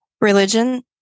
Religion